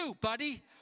buddy